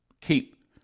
keep